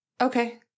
Okay